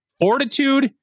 fortitude